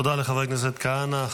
תודה לחבר הכנסת כהנא.